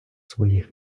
своїх